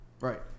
Right